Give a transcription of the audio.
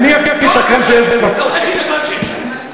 אני הכי שקרן שיש, אתה הכי שקרן שיש.